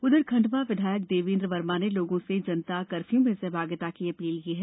उधर खंडवा विधायक देवेंद्र वर्मा ने लोगों से जनता कफ्यू में सहभागिता की अपील की है